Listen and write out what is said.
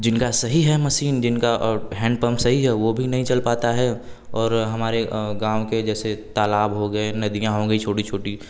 जिनका सही है मसीन जिनका और हैंड पंप सही है वह भी नहीं चल पाता है और हमारे गाँव के जैसे तालाब हो गए नदियाँ हो गई छोटी छोटी